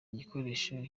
gikoresho